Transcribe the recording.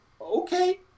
okay